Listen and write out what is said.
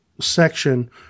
section